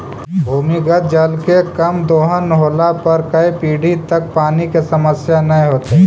भूमिगत जल के कम दोहन होला पर कै पीढ़ि तक पानी के समस्या न होतइ